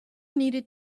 needed